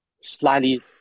slightly